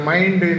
Mind